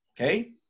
Okay